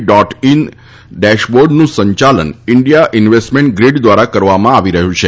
dot in ડેશબોર્ડનું સંચાલન India investment grid દ્વારા કરવામાં આવી રહ્યું છે